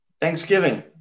Thanksgiving